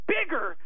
bigger